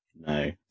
No